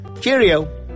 Cheerio